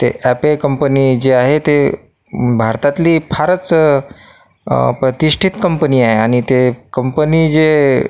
ऍपे company जे आहे ते भारतातली फारच प्रतिष्ठित कंपनी आहे आणि ते कंपनी जे